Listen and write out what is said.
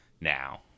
now